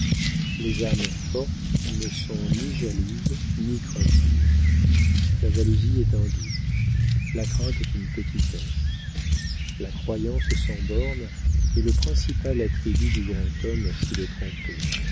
les âmes fortes ne sont ni jalouses ni craintives la jalousie est un doute la crainte est une petitesse la croyance sans bornes est le principal attribut du grand homme s'il est trompé